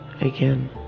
again